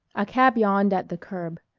a cab yawned at the curb.